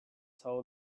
saw